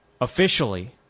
Officially